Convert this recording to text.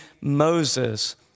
Moses